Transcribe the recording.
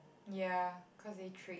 ya cause it trait